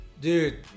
Dude